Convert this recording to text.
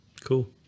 Cool